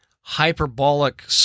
hyperbolic